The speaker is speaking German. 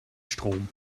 strom